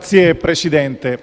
Signor Presidente,